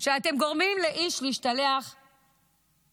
שאתם גורמים לאיש להשתלח באחיו.